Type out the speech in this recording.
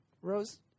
Rose